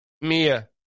Mia